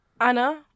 Anna